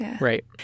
Right